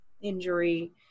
injury